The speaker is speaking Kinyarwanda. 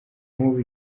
nk’ubu